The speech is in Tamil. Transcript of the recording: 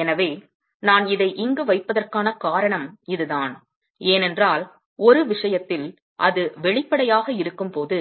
எனவே நான் இதை இங்கு வைப்பதற்கான காரணம் இதுதான் ஏனென்றால் ஒரு விஷயத்தில் அது வெளிப்படையாக இருக்கும்போது